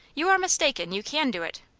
you are mistaken you can do it.